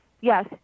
yes